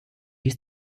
used